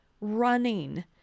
running